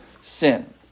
sin